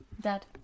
Dad